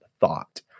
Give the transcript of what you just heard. thought